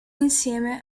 insieme